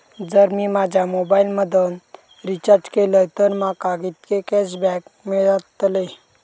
जर मी माझ्या मोबाईल मधन रिचार्ज केलय तर माका कितके कॅशबॅक मेळतले?